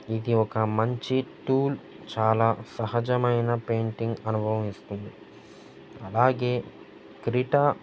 ఇది ఒక మంచి టూల్ చాలా సహజమైన పెయింటింగ్ అనుభవమిస్తుంది అలాగే క్రీటా